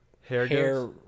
hair